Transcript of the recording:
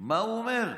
מה הוא אומר?